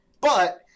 But-